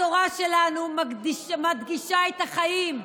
התורה שלנו, שמקדשת את החיים,